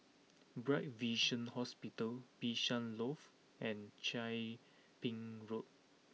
Bright Vision Hospital Bishan Loft and Chia Ping Road